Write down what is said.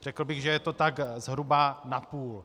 Řekl bych, že je to tak zhruba napůl.